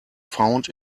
found